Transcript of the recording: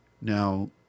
Now